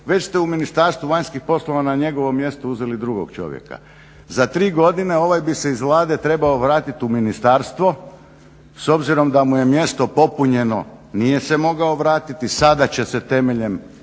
već ste u Ministarstvu vanjskih poslova na njegovo mjesto uzeli drugog čovjeka. Za tri godine ovaj bi se iz Vlade trebao vratiti u ministarstvo. S obzirom da mu je mjesto popunjeno nije se mogao vratiti. Sada će se temeljem